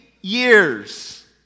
years